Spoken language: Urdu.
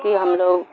کہ ہم لوگ